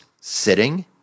sitting